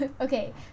okay